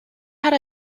had